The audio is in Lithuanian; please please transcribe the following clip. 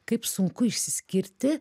kaip sunku išsiskirti